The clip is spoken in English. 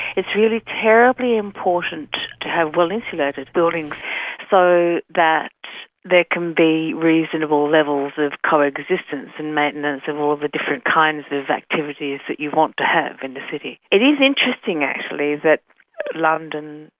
it's really terribly important to have well insulated buildings so that there can be reasonable levels of coexistence and maintenance of all of the different kinds of activities that you want to have in the city. it is interesting actually that london,